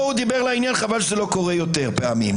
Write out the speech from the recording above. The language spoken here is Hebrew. פה הוא דיבר לעניין, חבל שזה לא קורה יותר פעמים.